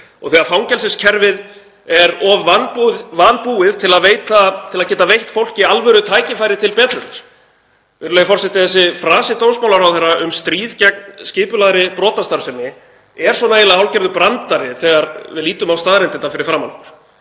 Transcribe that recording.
og þegar fangelsiskerfið er of vanbúið til að geta veitt fólki alvörutækifæri til betrunar? Virðulegur forseti. Þessi frasi dómsmálaráðherra um stríð gegn skipulagðri brotastarfsemi er eiginlega hálfgerður brandari þegar við lítum á staðreyndirnar fyrir framan